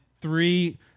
three